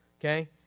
okay